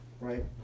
right